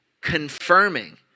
confirming